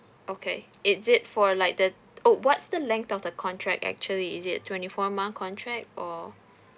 okay is it for like the oh what's the length of the contract actually is it twenty four month contract or